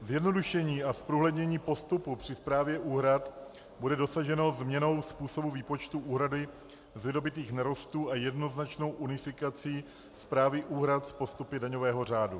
Zjednodušení a zprůhlednění postupu při správě úhrad bude dosaženo změnou způsobu výpočtu úhrady z vydobytých nerostů a jednoznačnou unifikací správy úhrad s postupy daňového řádu.